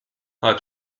halb